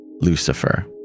Lucifer